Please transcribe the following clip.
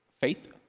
faith